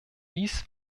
dies